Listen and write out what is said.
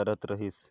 करत रहिस